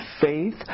faith